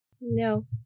No